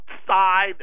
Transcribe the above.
outside